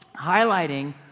highlighting